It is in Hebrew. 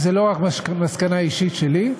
וזו לא המסקנה האישית שלי,